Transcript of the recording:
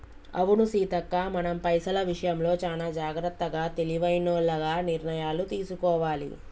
అవును సీతక్క మనం పైసల విషయంలో చానా జాగ్రత్తగా తెలివైనోల్లగ నిర్ణయాలు తీసుకోవాలి